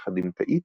יחד עם תאית,